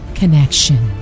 connection